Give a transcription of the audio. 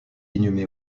inhumés